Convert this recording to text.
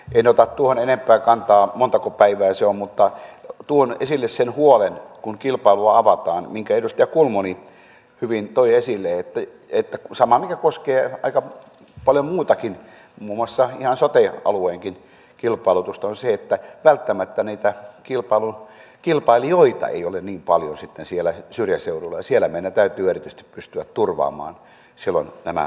en ota enempää kantaa montako päivää se on mutta tuon esille sen huolen kun kilpailua avataan minkä edustaja kulmuni hyvin toi esille saman mikä koskee aika paljon muutakin muun muassa ihan sote alueenkin kilpailutusta että välttämättä niitä kilpailijoita ei ole niin paljon sitten siellä syrjäseudulla ja siellä meidän täytyy silloin erityisesti pystyä turvaamaan nämä palvelut